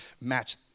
match